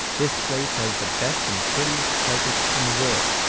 this place has the best and prettiest carpets in the world!